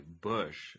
Bush